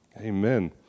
Amen